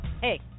Hey